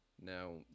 now